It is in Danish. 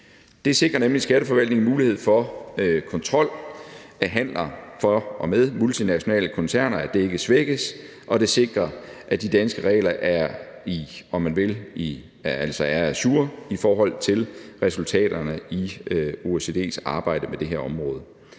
Det sikrer nemlig Skatteforvaltningen mulighed for, at kontrol af handler for og med multinationale koncerner ikke svækkes, og det sikrer, at de danske regler er, om man vil, ajour i forhold til resultaterne i OECD's arbejde med det her område.